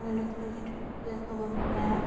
মই লোকগীতৰ বিষয়ে ক'ব পৰা